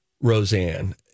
Roseanne